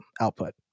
output